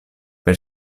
per